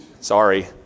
Sorry